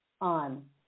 on